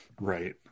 Right